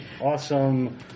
awesome